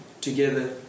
together